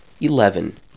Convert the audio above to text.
Eleven